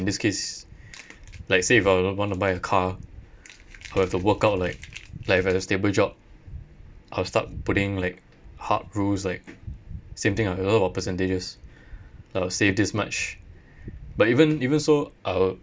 in this case like say if I would w~ want to buy a car I have to work out like like if I have a stable job I'll start putting like hard rules like same thing ah percentages uh save this much but even even so I'll